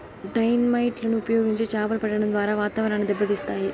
dynamite లను ఉపయోగించి చాపలు పట్టడం ద్వారా వాతావరణాన్ని దెబ్బ తీస్తాయి